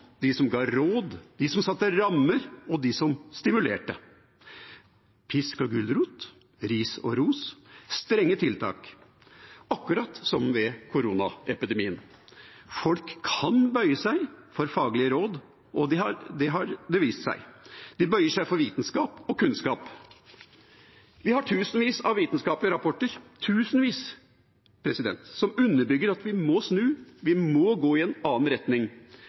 de som ga råd, de som satte rammer, og de som stimulerte. Pisk og gulrot, ris og ros – strenge tiltak, akkurat som ved koronaepidemien. Folk kan bøye seg for faglige råd, det har vist seg. De bøyer seg for vitenskap og kunnskap. Vi har tusenvis av vitenskapelige rapporter – tusenvis – som underbygger at vi må snu. Vi må gå i en annen retning